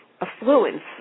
affluence